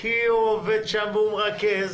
כי הוא עובד שם והוא מרכז,